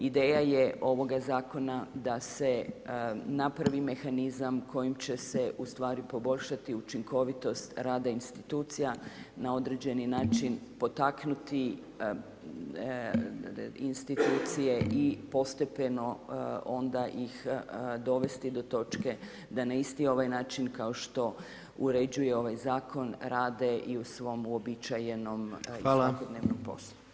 Ideja je ovoga zakona da se napravi mehanizam kojim će se u stvari poboljšati učinkovitost rada institucija, na određeni način potaknuti institucije i postepeno onda ih dovesti do točke da na isti ovaj način kao što uređuje ovaj zakona rade i u svom uobičajenom i svakodnevnom podlu.